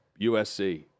USC